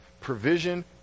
provision